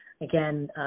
Again